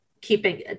keeping